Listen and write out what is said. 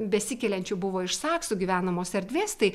besikeliančių buvo iš saksų gyvenamos erdvės tai